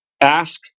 ask